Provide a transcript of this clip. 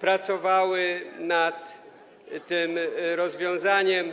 pracowały nad tym rozwiązaniem.